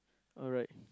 alright